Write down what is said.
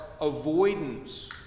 avoidance